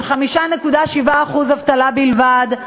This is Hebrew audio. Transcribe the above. עם 5.7% אבטלה בלבד,